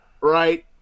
right